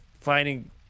finding